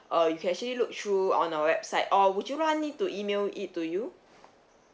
uh you can actually look through on our website or would you want me to email it to you